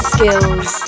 Skills